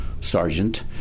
sergeant